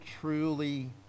truly